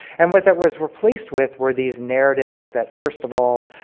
and what that was replaced with were these narratives that first of all,